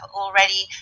already